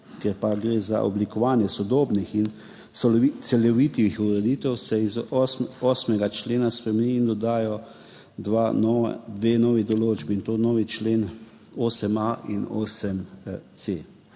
Ker pa gre za oblikovanje sodobnih in celovitih ureditev, se 8. člen spremeni in dodata se dve novi določbi, in to nova člena – 8.a in 8.c.